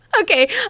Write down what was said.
okay